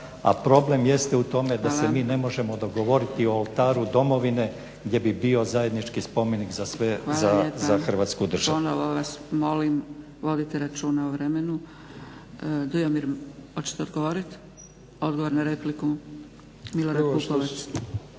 A problem jeste u tome da se mi ne možemo dogovoriti o Oltaru Domovine gdje bi bio zajednički spomenik za sve za Hrvatsku državu. **Zgrebec, Dragica (SDP)** Hvala lijepa. Ponovno vas molim vodite računa o vremenu. Dujomir hoćete odgovoriti? Odgovor na repliku. **Pupovac,